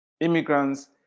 immigrants